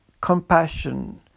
compassion